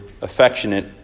affectionate